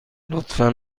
لطفا